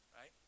Right